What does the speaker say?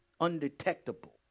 Undetectable